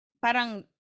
Parang